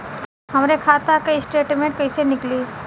हमरे खाता के स्टेटमेंट कइसे निकली?